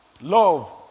love